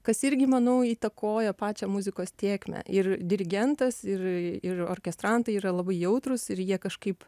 kas irgi manau įtakoja pačią muzikos tėkmę ir dirigentas ir ir orkestrantai yra labai jautrūs ir jie kažkaip